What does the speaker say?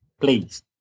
please